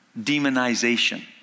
demonization